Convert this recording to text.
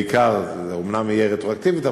אומנם זה יהיה רטרואקטיבית,